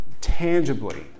tangibly